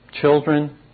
children